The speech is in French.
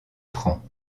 francs